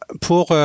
Pour